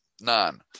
None